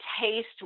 taste